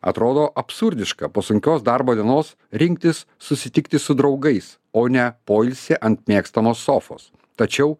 atrodo absurdiška po sunkios darbo dienos rinktis susitikti su draugais o ne poilsį ant mėgstamos sofos tačiau